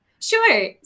Sure